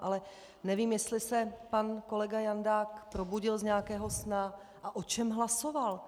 Ale nevím, jestli se pan kolega Jandák probudil z nějakého snu a o čem hlasoval.